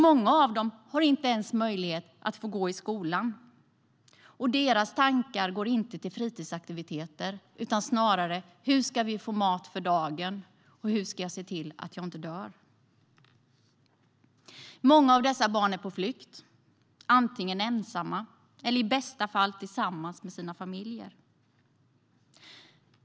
Många av dem har inte ens möjlighet att gå i skolan, och deras tankar går inte till fritidsaktiviteter, utan snarare till hur de ska få mat för dagen och hur de ska se till att de inte dör. Många av dessa barn är på flykt, antingen ensamma eller i bästa fall tillsammans med sina familjer.